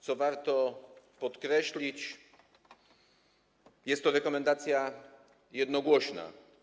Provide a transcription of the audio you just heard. Co warto podkreślić, jest to rekomendacja jednogłośna.